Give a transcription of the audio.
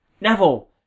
Neville